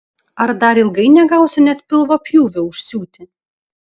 ar dar ilgai negausiu net pilvo pjūvio užsiūti